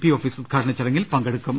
P office ഉദ്ഘാടന ചട ങ്ങിൽപങ്കെടുക്കും